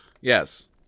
Yes